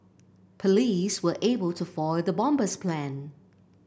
police were able to foil the bomber's plan